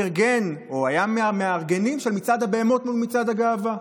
הוא היה מהמארגנים של מצעד הבהמות מול מצעד הגאווה.